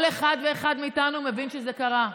כל אחד ואחד מאיתנו מבין שזה קרה.